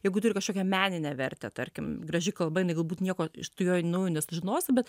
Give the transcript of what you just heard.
jeigu turi kažkokią meninę vertę tarkim graži kalba jinai galbūt nieko iš joj naujo nesužinosi bet